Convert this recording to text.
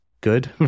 good